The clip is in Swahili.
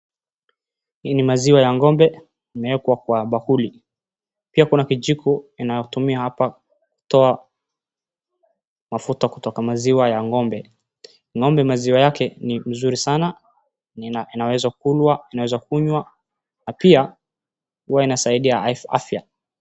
Hii ni maziwa ya ng'ombe imewekwa kwa bakuri, pia kuna kijiko inayotumiwa hapa kutoa mafuta kutoka maziwa ya ng'ombe. Ng'ombe maziwa yake ni mzuri sana na inaweza kunywa na pia huwa inasaidia afya.